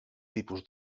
tipus